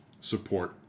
support